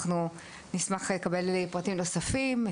נשמח לקבל פרטים נוספים.